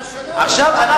בוא